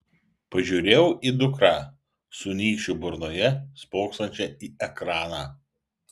pažiūrėjau į dukrą su nykščiu burnoje spoksančią į ekraną